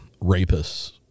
rapists